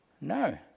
No